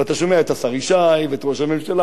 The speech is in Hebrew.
ואתה שומע את השר ישי ואת ראש הממשלה,